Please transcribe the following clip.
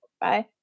Bye